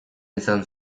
izan